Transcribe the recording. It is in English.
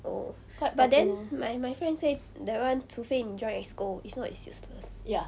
oh but then my my friend say that [one] 除非你 join exco if not it's useless